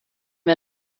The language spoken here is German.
wir